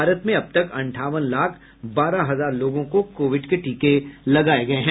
भारत में अब तक अंठावन लाख बारह हजार लोगों को कोविड के टीके लगाये गये हैं